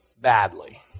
badly